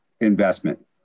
investment